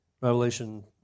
Revelation